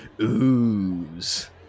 ooze